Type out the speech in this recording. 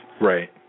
right